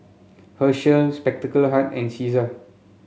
Herschel Spectacle Hut and Cesar